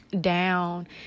down